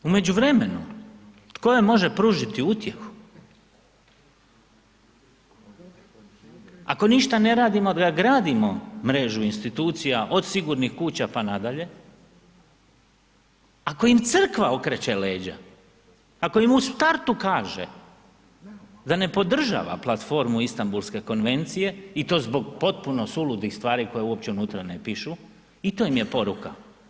U međuvremenu tko joj može pružiti utjehu, ako ništa ne radimo da gradimo mrežu institucija od sigurnih kuća pa nadalje, ako im crkva okreće leđa, ako im u startu kaže da ne podržava platformu Istanbulske konvencije i to zbog potpuno suludih stvari koje uopće unutra ne pišu i to im je poruka.